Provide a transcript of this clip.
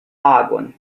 agon